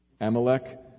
Amalek